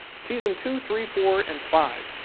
season two, three, four, and five.